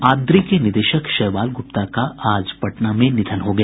ADRI के निदेशक शैवाल गूप्ता का आज पटना में निधन हो गया